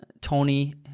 Tony